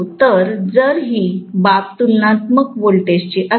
तर जर ही बाब तुलनात्मक व्होल्टेजची असेल